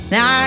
Now